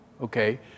okay